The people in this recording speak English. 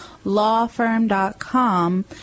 lawfirm.com